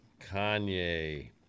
Kanye